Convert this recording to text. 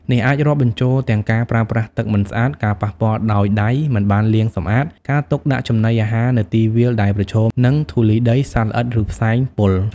នេះអាចរាប់បញ្ចូលទាំងការប្រើប្រាស់ទឹកមិនស្អាត ការប៉ះពាល់ដោយដៃមិនបានលាងសម្អាត ការទុកដាក់ចំណីអាហារនៅទីវាលដែលប្រឈមនឹងធូលីដី សត្វល្អិត ឬផ្សែងពុល។